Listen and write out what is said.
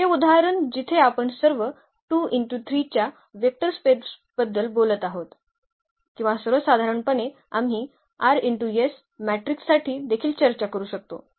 हे उदाहरण जिथे आपण सर्व च्या वेक्टर स्पेसबद्दल बोलत आहोत किंवा सर्वसाधारणपणे आम्ही मॅट्रिकसाठी देखील चर्चा करू शकतो